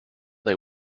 they